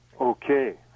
Okay